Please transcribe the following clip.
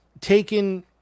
taken